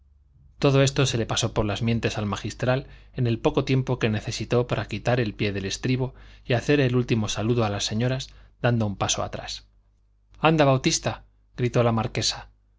todo esto se le pasó por las mientes al magistral en el poco tiempo que necesitó para quitar el pie del estribo y hacer el último saludo a las señoras dando un paso atrás anda bautista gritó la marquesa